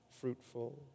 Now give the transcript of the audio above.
fruitful